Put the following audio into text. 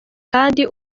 kandi